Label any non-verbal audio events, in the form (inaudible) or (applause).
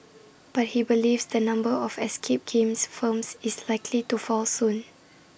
(noise) but he believes the number of escape game firms is (noise) likely to fall soon